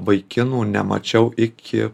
vaikinų nemačiau iki